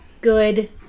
good